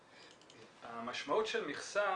המשמעות של מכסה,